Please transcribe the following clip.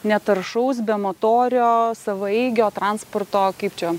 netaršaus bemotorio savaeigio transporto kaip čia